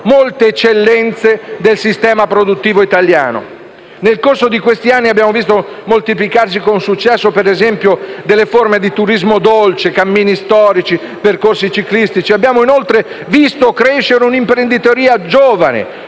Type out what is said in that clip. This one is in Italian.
molte eccellenze del sistema produttivo italiano. Nel corso di questi anni abbiamo visto moltiplicarsi con successo, ad esempio, delle forme di turismo dolce, cammini storici, percorsi ciclistici; abbiamo inoltre visto crescere una imprenditoria giovane,